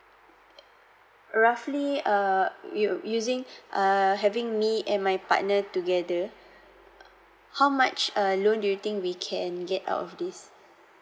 uh roughly err u~ using err having me and my partner together h~ how much uh loan do you think we can get out of this